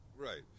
Right